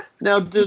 Now